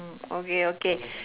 hmm okay okay